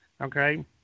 okay